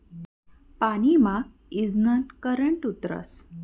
पानी मा ईजनं करंट उतरस